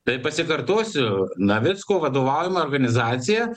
tai pasikartosiu navicko vadovaujama organizacija